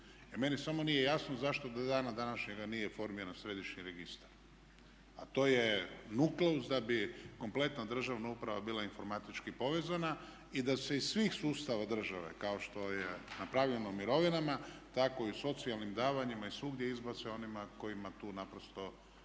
meni samo nije jasno zašto do dana današnjega nije formiran središnji registar. A to je nukleus da bi kompletna državna uprava bila informatički povezana i da se iz svih sustava države kao što je napravljeno mirovinama tako i socijalnim davanjima i svugdje izbace onima kojima tu naprosto